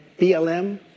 BLM